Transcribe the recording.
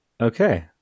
Okay